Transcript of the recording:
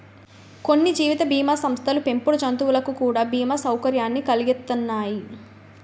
కొన్ని జీవిత బీమా సంస్థలు పెంపుడు జంతువులకు కూడా బీమా సౌకర్యాన్ని కలిగిత్తన్నాయి